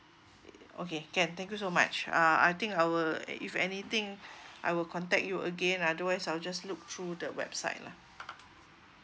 okay can thank you so much uh I think I will if anything I will contact you again otherwise I'll just look through the website lah